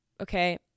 okay